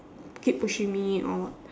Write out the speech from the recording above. keep pushing me or what